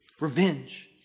revenge